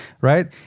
right